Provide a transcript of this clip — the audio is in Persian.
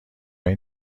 این